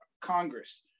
Congress